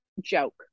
joke